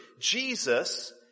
Jesus